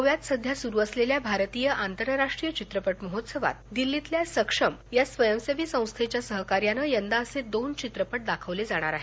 गोव्यात सध्या सुरू असलेल्या भारतीय आंतरराष्ट्रीय चित्रपट महोत्सवात दिल्लीतल्या सक्षम या स्वयसेवी संस्थेच्या सहकार्यानं यदा असे दोन चित्रपट दाखवण्यात येणार आहेत